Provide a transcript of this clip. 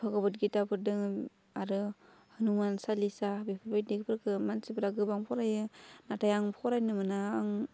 भगबत गिताफोर दङो आरो हनुमान सालिसा बेफोरबायदि बेफोरखौ मानसिफ्रा गोबां फरायो नाथाइ आं फरायनो मोना आं